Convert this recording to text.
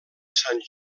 sant